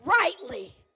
Rightly